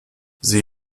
sie